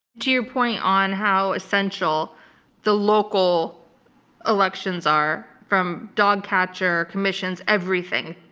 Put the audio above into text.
to your point on how essential the local elections are, from dogcatcher commissions, everything.